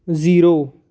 zero